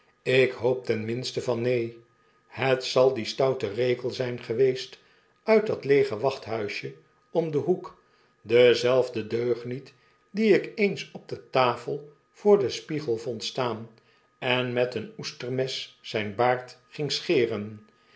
ik hoop ten minste van neen het zal die stoute rekel zjjn geweest uit dat leege wachthuisje om den hoek dezelfde deugniet dien ik eens op de tafel voor den spiegel vond staan en met een oestermes zyn baard ging scheren